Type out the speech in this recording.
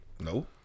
No